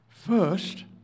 first